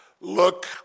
look